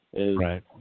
Right